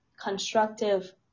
constructive